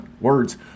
words